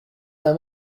d’un